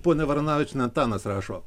ponia varanavičiene antanas rašo